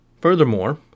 Furthermore